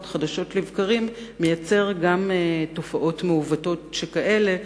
חדשות לבקרים מייצר גם תופעות מעוותות שכאלה,